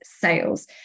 sales